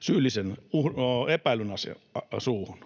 syyllisen, epäillyn suuhun.